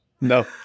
No